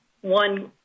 one